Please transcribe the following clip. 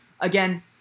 again